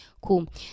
Cool